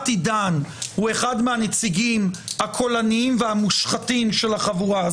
מתי דן הוא אחד מהנציגים הקולניים והמושחתים של החבורה הזאת,